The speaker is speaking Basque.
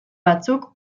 batzuk